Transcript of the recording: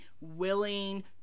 willing